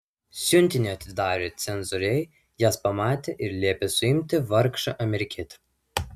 siuntinį atidarę cenzoriai jas pamatė ir liepė suimti vargšą amerikietį